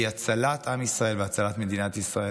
היא הצלת עם ישראל והצלת מדינת ישראל.